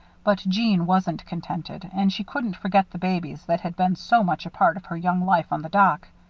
but jeanne wasn't contented and she couldn't forget the babies that had been so much a part of her young life on the dock.